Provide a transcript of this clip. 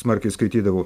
smarkiai skaitydavau